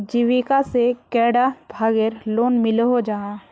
जीविका से कैडा भागेर लोन मिलोहो जाहा?